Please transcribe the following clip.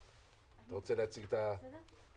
אתה רוצה להציג את ההצעה?